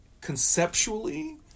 conceptually